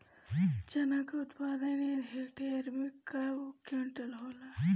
चना क उत्पादन एक हेक्टेयर में कव क्विंटल होला?